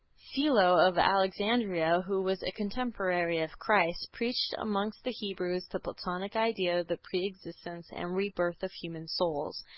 philo of alexandria, who was a contemporary of christ, preached amongst the hebrews the platonic idea of the pre-existence and rebirth of human souls.